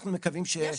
אנחנו מקווים --- נכון,